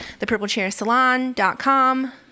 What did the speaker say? thepurplechairsalon.com